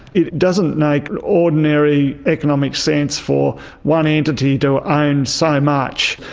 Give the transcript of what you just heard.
it doesn't make ordinary economic sense for one entity to own so much.